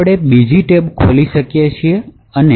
આપણે બીજી ટેબ ખોલી શકીએ અને example1